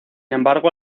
embargo